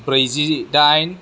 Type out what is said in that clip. ब्रैजि दाइन